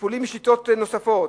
טיפולים בשיטות נוספות,